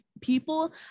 people